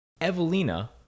Evelina